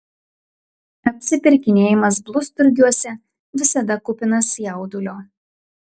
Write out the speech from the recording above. apsipirkinėjimas blusturgiuose visada kupinas jaudulio